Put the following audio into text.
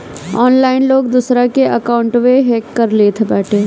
online लोग दूसरा के अकाउंटवे हैक कर लेत बाटे